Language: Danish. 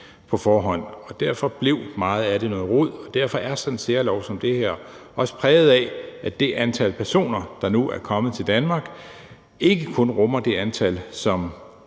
på forhånd. Derfor blev meget af det noget rod, og derfor er sådan en særlov som den her også præget af, at det antal personer, der nu er kommet til Danmark, ikke kun rummer det antal, som